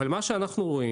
אבל מה שאנחנו רואים,